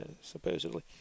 Supposedly